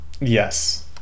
yes